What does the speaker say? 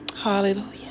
Hallelujah